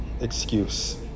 excuse